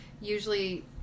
usually